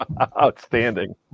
Outstanding